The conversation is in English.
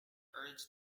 urge